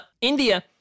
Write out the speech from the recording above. India